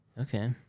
Okay